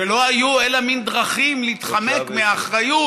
שלא היו אלא מין דרכים להתחמק מאחריות